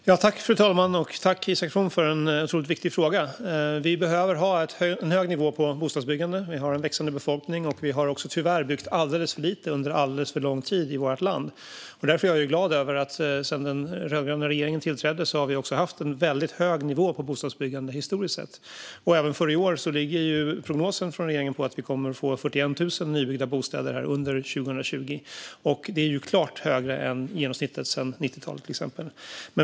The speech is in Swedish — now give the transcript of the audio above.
Fru talman! Tack, Isak From, för en viktig fråga! Vi behöver ha en hög nivå på bostadsbyggandet; vi har en växande befolkning. Tyvärr har det byggts alldeles för lite under alldeles för lång tid i vårt land. Därför är jag glad att vi sedan den rödgröna regeringen tillträdde har haft en väldigt hög nivå på bostadsbyggandet historiskt sett. Även för i år ligger regeringens prognos på att vi kommer att få 41 000 nybyggda bostäder under 2020. Det är klart högre än genomsnittet sedan till exempel 90-talet.